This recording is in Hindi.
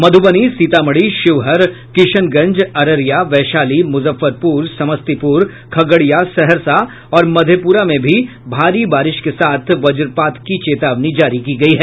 मधुबनी सीतामढ़ी शिवहर किशनगंज अररिया वैशाली मुजफ्फरपुर समस्तीपुर खगड़िया सहरसा और मधेपुरा में भी भारी बारिश के साथ वज्रपात की चेतावनी जारी की गयी है